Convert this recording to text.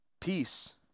Peace